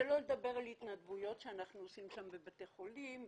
שלא נדבר על התנדבויות שאנחנו עושים בבתי חולים,